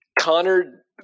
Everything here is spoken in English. Connor